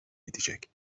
edecek